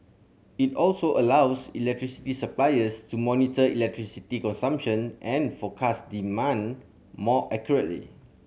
it also allows electricity suppliers to monitor electricity consumption and forecast demand more accurately